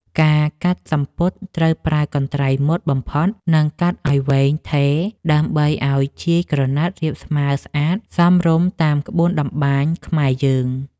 ការកាត់សំពត់ត្រូវប្រើកន្ត្រៃមុតបំផុត និង កាត់ឱ្យវែងថេរដើម្បីឱ្យជាយក្រណាត់រាបស្មើស្អាតសមរម្យតាមក្បួនតម្បាញខ្មែរយើង។